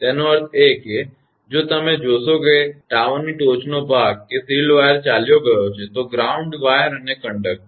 તેનો અર્થ એ કે જો તમે જોશો કે જો ટાવરની ટોચનો ભાગ કે શીલ્ડ વાયર ચાલ્યો ગયો છે તો ગ્રાઉન્ડ વાયર અને કંડક્ટર